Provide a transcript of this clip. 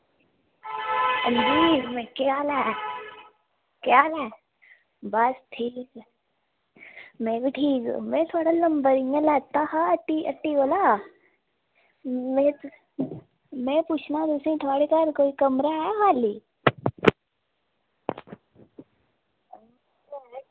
हां जी महा केह् हाल ऐ केह् हाल ऐ बस ठीक मैं वी ठीक मैं थोआढ़ा नम्बर इ'य्यां लैता हा हट्टी हट्टी कोला मैं तुस मैं पुच्छना तुसें थोआढ़े घर कोई कमरा ऐ खाली